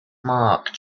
mark